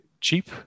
cheap